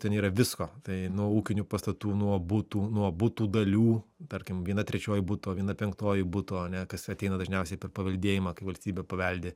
ten yra visko tai nuo ūkinių pastatų nuo butų nuo butų dalių tarkim viena trečioji buto viena penktoji butų ane kas ateina dažniausiai per paveldėjimą kai valstybė paveldi